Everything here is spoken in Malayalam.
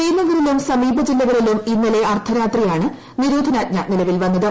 ശ്രീനഗറിലും സമീപ ജില്ലകളിലും ഇന്നലെ അർദ്ധരാത്രിയാണ് നിരോധനാജ്ഞ നിലവിൽ വന്നത്